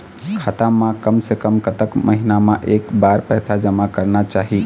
खाता मा कम से कम कतक महीना मा एक बार पैसा जमा करना चाही?